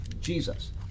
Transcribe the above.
Jesus